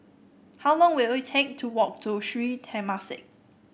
how long will it take to walk to Sri Temasek